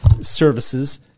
services